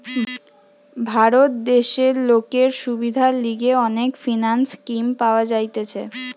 ভারত দেশে লোকের সুবিধার লিগে অনেক ফিন্যান্স স্কিম পাওয়া যাইতেছে